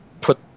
put